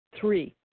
Three